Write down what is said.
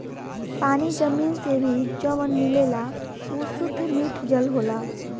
पानी जमीन से भी जवन मिलेला उ सुद्ध मिठ जल होला